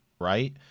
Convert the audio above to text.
right